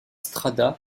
strada